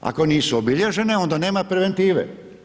Ako nisu obilježene onda nema preventive.